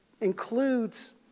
includes